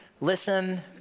listen